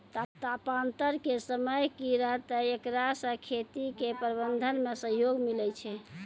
तापान्तर के समय की रहतै एकरा से खेती के प्रबंधन मे सहयोग मिलैय छैय?